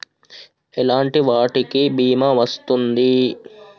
ఎలాంటి వాటికి బీమా వస్తుంది?